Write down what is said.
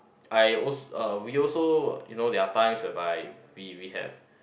I als~ uh we also you know there are times whereby we we have